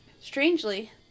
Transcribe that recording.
Strangely